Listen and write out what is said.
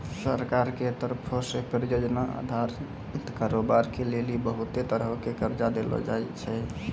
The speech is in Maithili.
सरकार के तरफो से परियोजना अधारित कारोबार के लेली बहुते तरहो के कर्जा देलो जाय छै